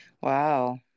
Wow